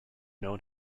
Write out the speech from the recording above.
known